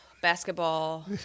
basketball